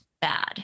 bad